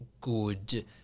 good